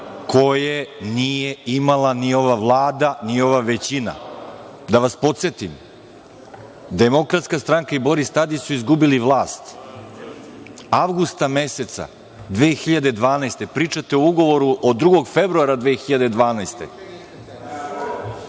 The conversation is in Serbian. koje nije imala ni ova Vlada, ni ova većina. Da vas podsetim, Demokratska stranka i Boris Tadić su izgubili vlast avgusta meseca 2012. godine. Pričate o ugovoru od 2. februara 2012.